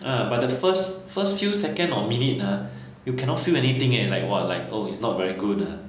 uh but the first first few second or minute ah you cannot feel anything eh like !wah! like oh it's not very good ha